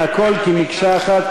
הכול כמקשה אחת,